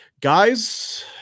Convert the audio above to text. Guys